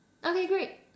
okay great